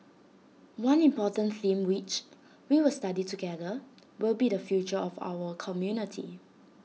one important theme which we will study together will be the future of our community